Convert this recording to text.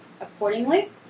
accordingly